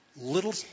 little